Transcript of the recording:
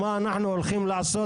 מה אנחנו הולכים לעשות,